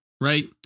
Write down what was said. right